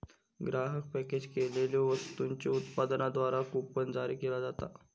ग्राहक पॅकेज केलेल्यो वस्तूंच्यो उत्पादकांद्वारा कूपन जारी केला जाता